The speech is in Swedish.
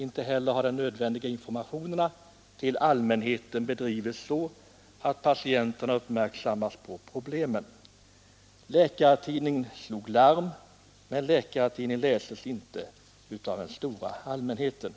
Inte heller har den nödvändiga informationen till allmänheten bedrivits så att patienterna uppmärksammats på problemen. Läkartidningen slog visserligen larm, men den läses inte av den stora allmänheten.